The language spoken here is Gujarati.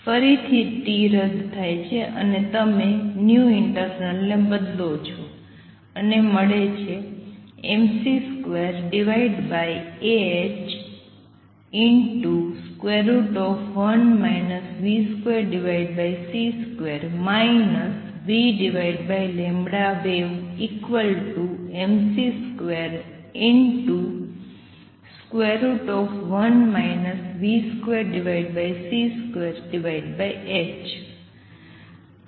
ફરીથી t રદ થાયછે અને તમે internal ને બદલો છો અને મળે છે mc2h1 v2c2 vwavemc21 v2c2h